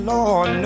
Lord